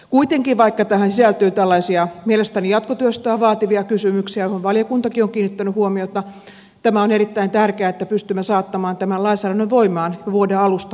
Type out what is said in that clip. kuitenkin vaikka tähän sisältyy tällaisia mielestäni jatkotyöstöä vaativia kysymyksiä joihin valiokuntakin on kiinnittänyt huomiota on erittäin tärkeää että pystymme saattamaan tämän lainsäädännön voimaan jo vuoden alusta niin kuin on tarkoitettu